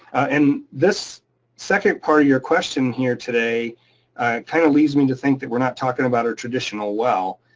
and this second part of your question here today, it kind of leads me to think that we're not talking about our traditional well.